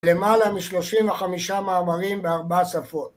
למעלה משלושים וחמישה מאמרים בארבעה שפות